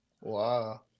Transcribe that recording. Wow